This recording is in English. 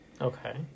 Okay